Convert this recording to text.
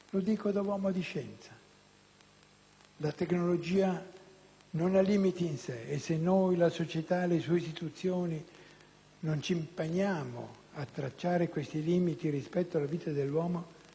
la tecnologia non ha limiti in sé, e se noi, la società e le sue istituzioni non ci impegniamo a tracciare questi limiti rispetto alla vita dell'uomo, chi mai lo potrà fare?